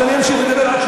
אז אני אמשיך לדבר עד שהוא